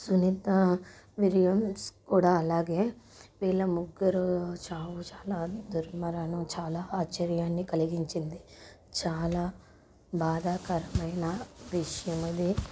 Sunitha Williams కూడా అలాగే వీళ్ళ ముగ్గురు చాలా చాలా దుర్మరణం చాలా ఆశ్చర్యాన్ని కలిగించింది చాలా బాధాకరమైన విషయమది